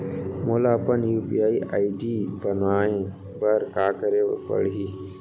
मोला अपन UPI ID बनाए बर का करे पड़ही?